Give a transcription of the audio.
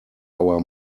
our